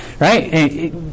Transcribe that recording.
right